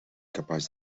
capaç